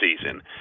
season